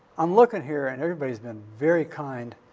i'm lookin' here, and everybody's been very kind.